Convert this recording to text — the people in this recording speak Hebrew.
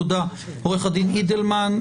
תודה, עורך הדין אידלמן.